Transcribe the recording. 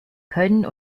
können